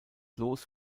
los